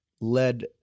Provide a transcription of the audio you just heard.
led